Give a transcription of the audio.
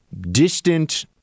distant